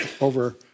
over